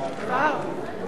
סעיפים 1 2